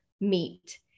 meet